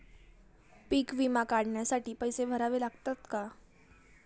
पीक विमा काढण्यासाठी पैसे भरावे लागतात का?